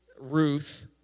Ruth